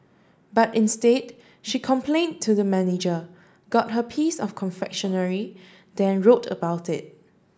but instead she complained to the manager got her piece of confectionery then wrote about it